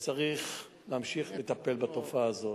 וצריך להמשיך לטפל בתופעה הזאת.